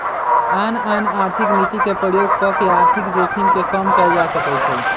आन आन आर्थिक नीति के प्रयोग कऽ के आर्थिक जोखिम के कम कयल जा सकइ छइ